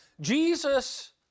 Jesus